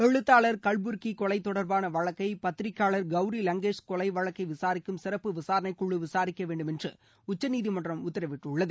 எழுத்தாளர் கவ்புர்கி கொலை தொடர்பான வழக்கை பத்திரிகையாளர் கௌரி வங்கேஷ் கொலை வழக்கை விசாரிக்கும் சிறப்பு விசாரணைக் குழு விசாரிக்க வேண்டும் என்று உச்சநீதிமன்றம் உத்தரவிட்டுள்ளது